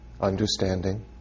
understanding